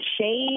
shade